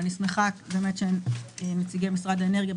ואני שמחה שנציגי משרד האנרגיה,